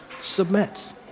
submits